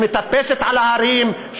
שמטפסת על ההרים,